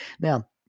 Now